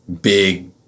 big